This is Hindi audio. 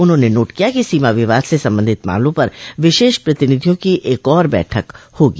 उन्होंने नोट किया कि सीमा विवाद स संबंधित मामलों पर विशेष प्रतिनिधियों की एक और बैठक होगी